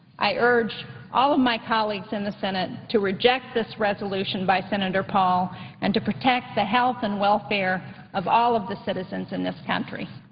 i urge all of my colleagues in the senate to reject this resolution by senator paul and to protect the health and welfare of all of the citizens in this country.